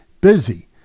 busy